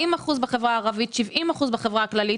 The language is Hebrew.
40% בחברה הערבית, 70% בחברה הכללית.